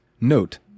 Note